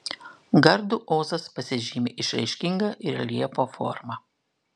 gardų ozas pasižymi išraiškinga reljefo forma